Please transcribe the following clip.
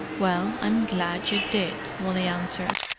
well, i'm glad you did, wally answered,